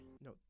no